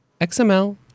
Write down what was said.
XML